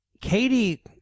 Katie